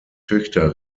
töchter